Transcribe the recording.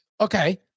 okay